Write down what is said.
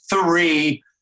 three